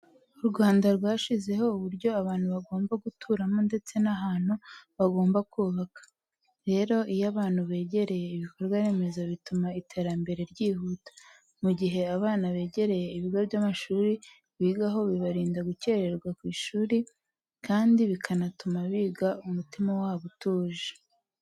U Rwanda rwashyizeho uburyo abantu bagomba guturamo ndetse n'ahantu bagomba kubaka. Rero iyo abantu begereye ibikorwa remezo bituma iterambere ryihuta. Mu gihe abana begereye ibigo by'amashuri bigaho bibarinda gukerererwa ishuri kandi bikanatuma biga umutima wabo utuje.